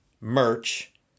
merch